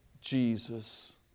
Jesus